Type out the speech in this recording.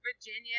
Virginia